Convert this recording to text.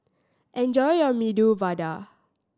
enjoy your Medu Vada